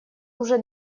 уже